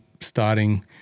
starting